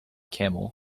camel